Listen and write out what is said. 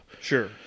Sure